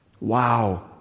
Wow